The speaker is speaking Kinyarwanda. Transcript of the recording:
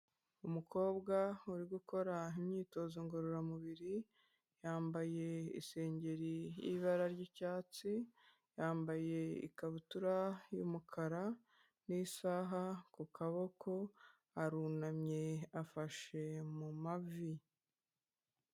Umukobwa uri gukora imyitozo ngororamubiri yambaye isengeri y'ibara ry'cyatsi, yambaye ikabutura y'umukara n'isaha ku kaboko, arunamye afashe mu mavi.